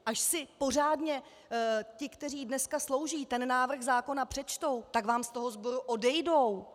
Až si pořádně ti, kteří dneska slouží, ten návrh zákona přečtou, tak vám z toho sboru odejdou!